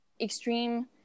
extreme